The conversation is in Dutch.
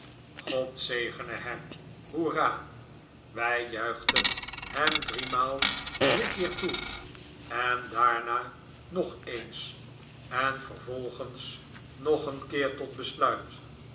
god zegene hem hoera wij juichten hem driemaal drie keer toe en daarna nog eens en vervolgens nog een keer tot besluit